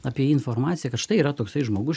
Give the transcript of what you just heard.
apie informaciją kad štai yra toksai žmogus